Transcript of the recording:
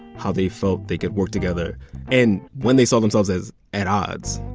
how they felt they could work together and when they saw themselves as at odds.